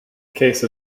case